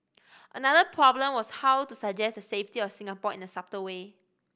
another problem was how to suggest the safety of Singapore in a subtle way